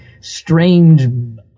Strange